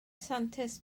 santes